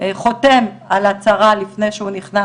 חותם על הצהרה לפני שהוא נכנס,